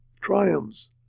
triumphs